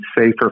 safer